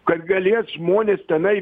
kad galės žmonės tenai